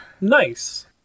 Nice